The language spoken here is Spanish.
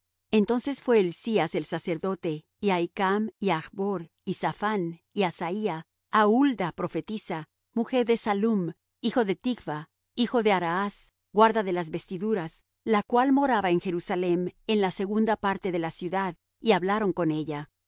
entonces fué hilcías el sacerdote y ahicam y achbor y saphán y asaía á hulda profetisa mujer de sallum hijo de ticva hijo de araas guarda de las vestiduras la cual moraba en jerusalem en la segunda parte de la ciudad y hablaron con ella